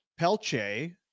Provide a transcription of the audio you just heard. Pelche